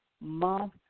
month